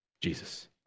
Jesus